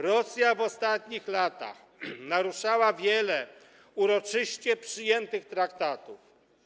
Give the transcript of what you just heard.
Rosja w ostatnich latach naruszała wiele uroczyście przyjętych traktatów.